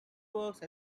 worked